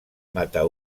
matar